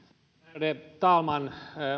ärade talman